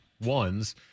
ones